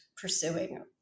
pursuing